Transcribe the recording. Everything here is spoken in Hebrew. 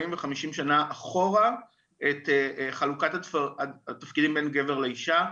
ו-50 שנה אחורה את חלוקת התפקידים בין גבר לאישה.